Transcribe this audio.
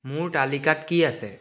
মোৰ তালিকাত কি আছে